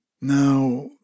Now